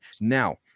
now